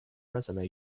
resume